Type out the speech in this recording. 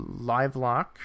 LiveLock